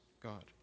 God